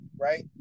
right